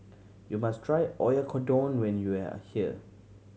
you must try Oyakodon when you are here